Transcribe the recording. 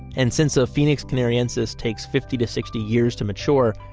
and since the phoenix canariensis takes fifty to sixty years to mature,